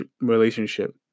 relationship